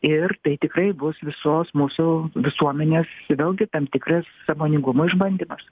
ir tai tikrai bus visos mūsų visuomenės vėlgi tam tikras sąmoningumo išbandymas